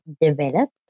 developed